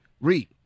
Read